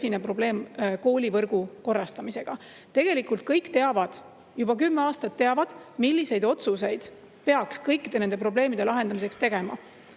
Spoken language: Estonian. probleem koolivõrgu korrastamisega. Tegelikult kõik teavad, juba kümme aastat teavad, milliseid otsuseid peaks kõikide nende probleemide lahendamiseks tegema,